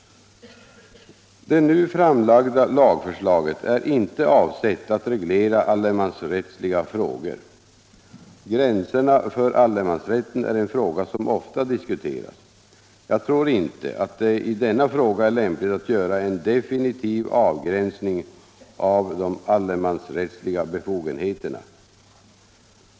Det nu framlagda lagförslaget är inte avsett att reglera allemansrättsliga frågor. Gränserna för allemansrätten är en fråga som ofta diskuteras. Jag tror inte att det i denna fråga är lämpligt att göra en definitiv avgränsning av de allemansrättsliga befogenheterna.